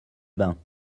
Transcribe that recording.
bains